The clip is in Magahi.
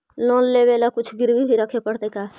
लोन लेबे ल कुछ गिरबी भी रखे पड़तै का?